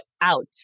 out